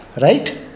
right